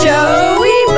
Joey